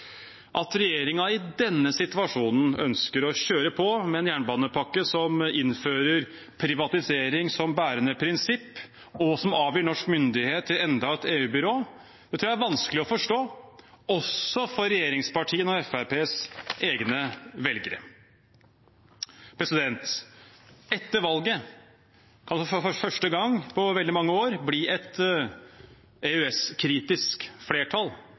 At regjeringen i denne situasjonen ønsker å kjøre på med en jernbanepakke som innfører privatisering som bærende prinsipp, og som avgir norsk myndighet til enda et EU-byrå, tror jeg er vanskelig å forstå, også for regjeringspartienes og Fremskrittspartiets egne velgere. Etter valget, altså for første gang på veldig mange år, kan det bli et EØS-kritisk flertall